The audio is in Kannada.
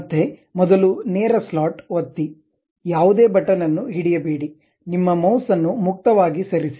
ಮತ್ತೆ ಮೊದಲು ನೇರ ಸ್ಲಾಟ್ ಒತ್ತಿ ಯಾವುದೇ ಬಟನ್ಅನ್ನು ಹಿಡಿಯಬೇಡಿ ನಿಮ್ಮ ಮೌಸ್ ಅನ್ನು ಮುಕ್ತವಾಗಿ ಸರಿಸಿ